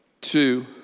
two